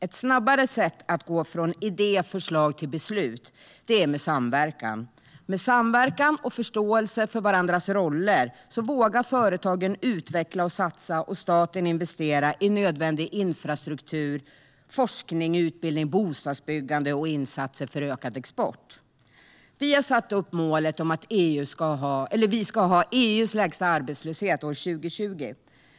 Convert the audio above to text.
Ett snabbare sätt att gå från idé till förslag och beslut är genom samverkan. Med samverkan och förståelse för varandras roller vågar företagen utveckla och satsa, och staten vågar investera i nödvändig infrastruktur, forskning, utbildning, bostadsbyggande och insatser för ökad export. Vi har satt målet att vi ska ha EU:s lägsta arbetslöshet år 2020.